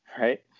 right